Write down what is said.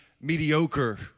mediocre